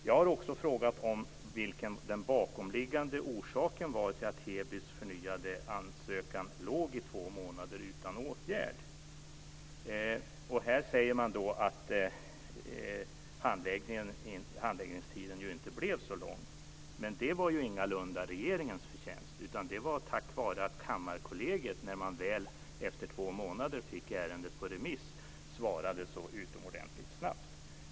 Jag har också frågat om vilken den bakomliggande orsaken var till att Hebys förnyade ansökan låg i två månader utan åtgärd. Här säger man att handläggningstiden inte blev så lång, men det var ju ingalunda regeringens förtjänst, utan det var tack vare att Kammarkollegiet, när man väl efter två månader fick ärendet på remiss, svarade så utomordentligt snabbt.